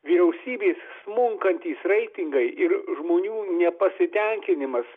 vyriausybės smunkantys reitingai ir žmonių nepasitenkinimas